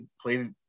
played